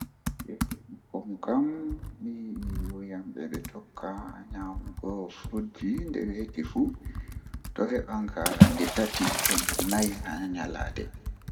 Haala jei mi yidi mi tokka wadugo haala man kanjum woni haala ceede mi waawan mi yewta haala ceede egaa fajjira haa jemma mi somata.